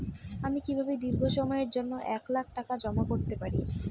আমি কিভাবে দীর্ঘ সময়ের জন্য এক লাখ টাকা জমা করতে পারি?